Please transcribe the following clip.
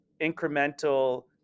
incremental